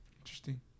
Interesting